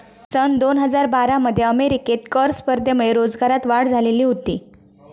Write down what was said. सन दोन हजार बारा मध्ये अमेरिकेत कर स्पर्धेमुळे रोजगारात वाढ झालेली होती